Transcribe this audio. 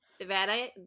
Savannah